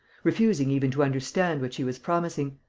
refusing even to understand what she was promising.